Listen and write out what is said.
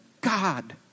God